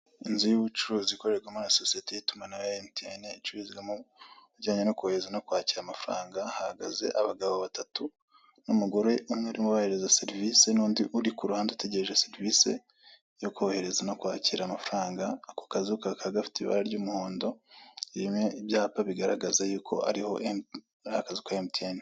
Inzu y'ubucuruzi ikorerwamo na sosiyete y'itumanaho ya emutiyene icururizwamo ibijyanye no kohereza no kwakira amafaranga, hahagaze abagabo batatu n'umugore umwe urimo ubahereza serivise n'undi uri ku ruhande utegereje serivise yo kohereza no kwakira amafaranga, ako kazu kakaba gafite ibara ry'umuhondo irimo ibyapa bigaragaza yuko ari akazu ka emutiyene.